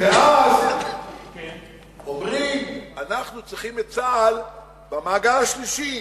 ואז אומרים: אנחנו צריכים את צה"ל במעגל השלישי.